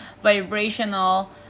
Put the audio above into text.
vibrational